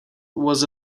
was